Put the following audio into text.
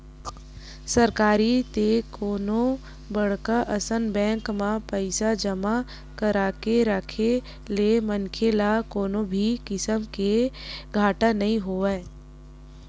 सरकारी ते कोनो बड़का असन बेंक म पइसा जमा करके राखे ले मनखे ल कोनो भी किसम ले घाटा नइ होवय